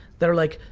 that are like,